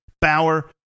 Bauer